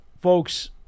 Folks